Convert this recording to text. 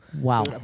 Wow